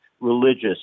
religious